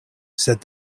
said